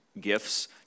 gifts